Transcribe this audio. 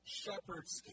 shepherds